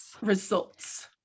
results